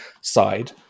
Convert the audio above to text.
side